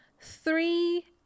Three